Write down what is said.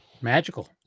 Magical